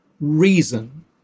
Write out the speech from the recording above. reason